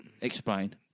Explain